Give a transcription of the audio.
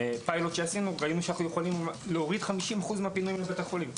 מפילוט שעשינו ראינו שאנו יכולים להוריד 50% מהפעילות בבית החולים.